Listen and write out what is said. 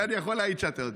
אני יכול להעיד שאתה יודע.